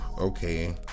okay